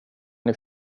det